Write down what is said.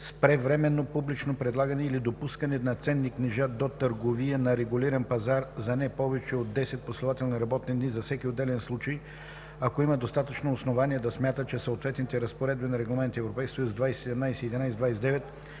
спре временно публично предлагане или допускане на ценни книжа до търговия на регулиран пазар за не повече от 10 последователни работни дни за всеки отделен случай, ако има достатъчно основания да смята, че съответните разпоредби на Регламент (ЕС) 2017/1129,